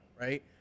right